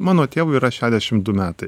mano tėvui yra šedešim du metai